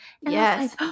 Yes